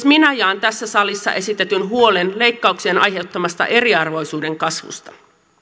minä jaan tässä salissa esitetyn huolen leikkauksien aiheuttamasta eriarvoisuuden kasvusta